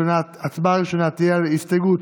הצבעה ראשונה תהיה על הסתייגות